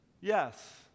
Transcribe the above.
yes